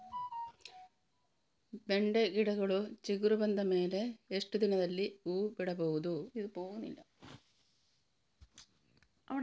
ಬೆಂಡೆ ಗಿಡಗಳು ಚಿಗುರು ಬಂದ ಮೇಲೆ ಎಷ್ಟು ದಿನದಲ್ಲಿ ಹೂ ಬಿಡಬಹುದು?